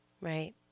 Right